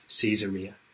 Caesarea